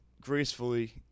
gracefully